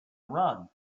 run